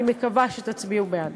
אני מקווה שתצביעו בעד.